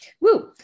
woo